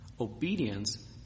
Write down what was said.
Obedience